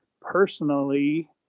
personally